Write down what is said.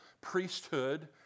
priesthood